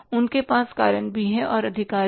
उनके पास कारण भी है और अधिकार भी